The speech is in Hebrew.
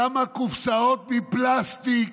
כמה קופסאות מפלסטיק